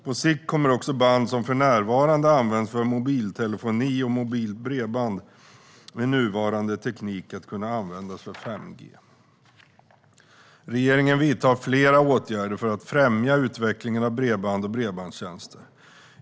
På sikt kommer också band som för närvarande används för mobiltelefoni och mobilt bredband med nuvarande teknik att kunna användas för 5G. Regeringen vidtar flera åtgärder för att främja utvecklingen av bredband och bredbandstjänster.